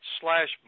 slash